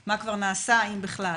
מה נעשה אם בכלל.